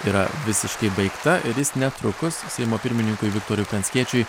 yra visiškai baigta ir jis netrukus seimo pirmininkui viktorui pranckiečiui